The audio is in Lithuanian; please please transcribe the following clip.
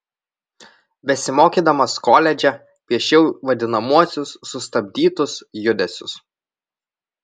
besimokydamas koledže piešiau vadinamuosius sustabdytus judesius